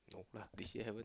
no lah this year haven't